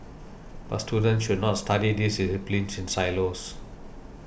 but students should not study these disciplines in silos